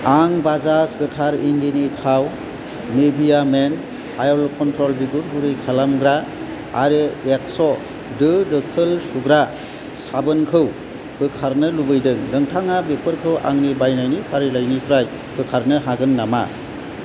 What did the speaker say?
आं बाजाज गोथार इन्दिनि थाव नेभिया मेन अइल कन्ट्रल बिगुर गुरै खालामग्रा आरो एक्स' दो दोखोल सुग्रा साबोनखौ बोखारनो लुबैदों नोंथाङा बेफोरखौ आंनि बायनायनि फारिलाइनिफ्राय बोखारनो हागोन नामा